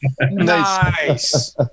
Nice